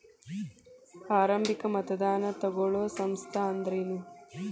ಆರಂಭಿಕ್ ಮತದಾನಾ ತಗೋಳೋ ಸಂಸ್ಥಾ ಅಂದ್ರೇನು?